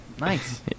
Nice